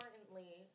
importantly